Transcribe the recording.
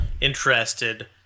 interested